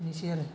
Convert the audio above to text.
बिदिनोसै आरो